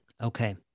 Okay